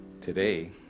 Today